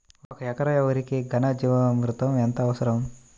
ఒక ఎకరా వరికి ఘన జీవామృతం ఎంత అవసరం?